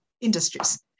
industries